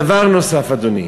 דבר נוסף, אדוני.